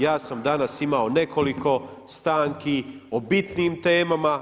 Ja sam danas imao nekoliko stanki o bitnim temama.